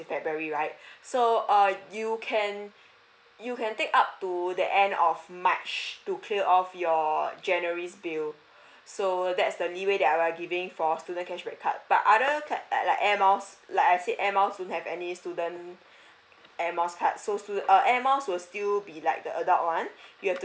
very right so err you can you can take up to the end of march to clear of your january's bill so that's the new way that we are giving for student cashback card but other card like air miles like I said air miles don't have any student air miles card so still air miles will still be like the adult one you have to